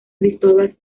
cristóbal